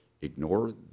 Ignore